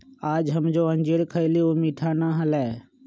आज हम जो अंजीर खईली ऊ मीठा ना हलय